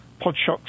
Podshock's